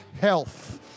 health